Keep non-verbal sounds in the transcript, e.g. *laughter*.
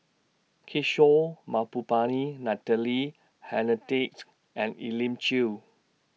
Kishore Mahbubani Natalie *unintelligible* and Elim Chew